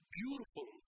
beautiful